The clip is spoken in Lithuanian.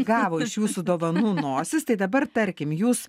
gavo iš jūsų dovanų nosis tai dabar tarkim jūs